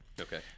Okay